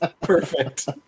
Perfect